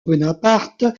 bonaparte